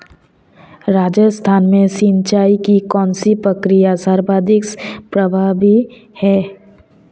राजस्थान में सिंचाई की कौनसी प्रक्रिया सर्वाधिक प्रभावी है?